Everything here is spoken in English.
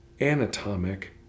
anatomic